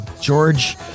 George